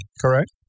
Correct